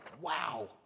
Wow